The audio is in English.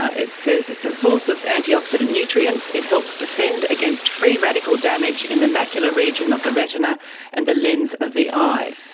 ah it says it's a source of antioxidant nutrients, it helps defend against free radical damage in the macular region of the retina and the lens of the eye.